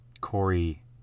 Corey